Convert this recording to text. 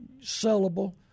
sellable